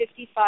55